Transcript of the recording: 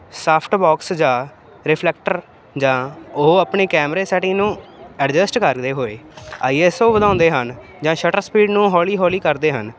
soft box ਜਾਂ reflector ਜਾਂ ਉਹ ਆਪਣੇ ਕੈਮਰੇ ਸੈਟਿੰਗ ਨੂੰ ਐਡਜਸਟ ਕਰਦੇ ਹੋਏ ਆਈ ਐਸ ਓ ਵਧਾਉਂਦੇ ਹਨ ਜਾਂ ਸ਼ਟਰ ਸਪੀਡ ਨੂੰ ਹੌਲੀ ਹੌਲੀ ਕਰਦੇ ਹਨ